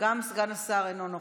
גם סגן השר אינו נוכח.